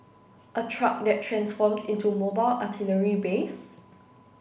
a truck that transforms into mobile artillery base